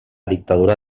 dictadura